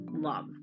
love